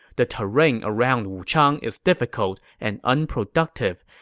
the terrain around wuchang is difficult and unproductive.